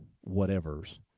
whatever's